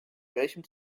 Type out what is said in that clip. welchem